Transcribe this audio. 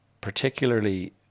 particularly